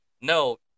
no